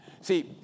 See